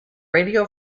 radio